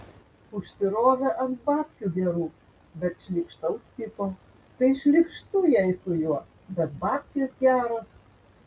užsirovė ant babkių gerų bet šlykštaus tipo tai šlykštu jai su juo bet babkės geros